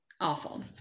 awful